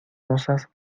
rosas